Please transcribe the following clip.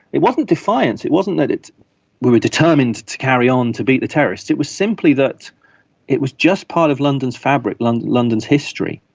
it wasn't defiance, it wasn't that we were determined to carry on to beat the terrorists, it was simply that it was just part of london's fabric, london's london's history,